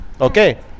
Okay